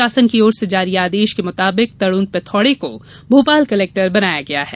शासन की ओर से जारी आदेश के मुताबिक तरुण पिथौड़े को भोपाल कलेक्टर बनाया गया है